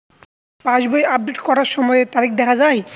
পাসবই update করার সময়ে তারিখ দেখা য়ায়?